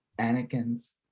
Anakin's